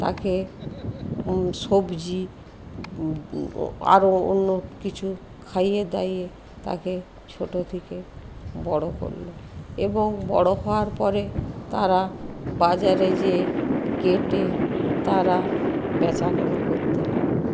তাকে সবজি আরও অন্য কিছু খাইয়ে দাইয়ে তাকে ছোটো থেকে বড় করল এবং বড় হওয়ার পরে তারা বাজারে যেয়ে কেটে তারা বেচাকেনা করতে লাগল